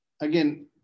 again